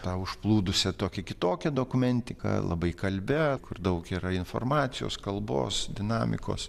ta užplūdusia tokia kitokia dokumentika labai kalbia kur daug yra informacijos kalbos dinamikos